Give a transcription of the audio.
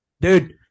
Dude